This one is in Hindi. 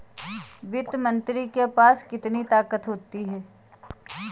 वित्त मंत्री के पास कितनी ताकत होती है?